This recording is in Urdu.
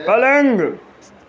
پلنگ